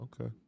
Okay